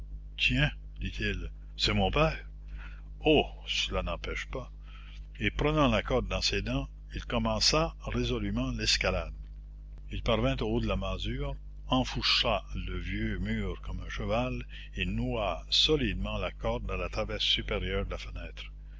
tiens dit-il c'est mon père oh cela n'empêche pas et prenant la corde dans ses dents il commença résolûment l'escalade il parvint au haut de la masure enfourcha le vieux mur comme un cheval et noua solidement la corde à la traverse supérieure de la fenêtre